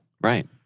Right